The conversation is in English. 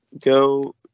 go